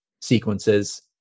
sequences